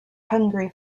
hungry